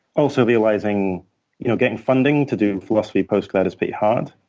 also realizing you know getting funding to do philosophy postgrad is pretty hard,